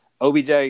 OBJ